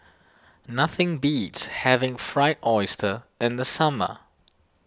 nothing beats having Fried Oyster in the summer